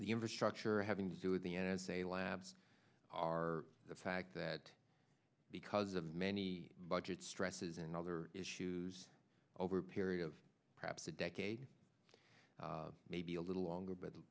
the infrastructure having to do with the n s a labs are the fact that because of many budget stresses and other issues over a period of perhaps a decade maybe a little longer but